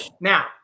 Now